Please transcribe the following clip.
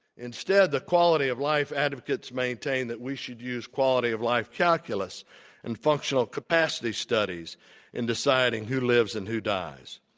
instead the quality of life advocates maintain that we should use quality of life calculus and functional capacity studies in deciding who lives and who dies.